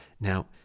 Now